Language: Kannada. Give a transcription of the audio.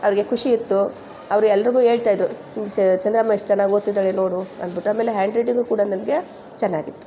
ಅವ್ರಿಗೆ ಖುಷಿ ಇತ್ತು ಅವ್ರು ಎಲ್ರಿಗೂ ಹೇಳ್ತಾಯಿದ್ರು ಚಂದ್ರಮ್ಮ ಎಷ್ಟು ಚೆನ್ನಾಗಿ ಓದ್ತಿದ್ದಾಳೆ ನೋಡು ಅಂದ್ಬಿಟ್ಟು ಆಮೇಲೆ ಹ್ಯಾಂಡ್ ರೈಟಿಂಗು ಕೂಡ ನನಗೆ ಚೆನ್ನಾಗಿತ್ತು